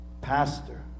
pastor